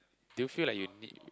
do you feel like you need